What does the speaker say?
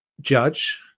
judge